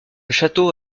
château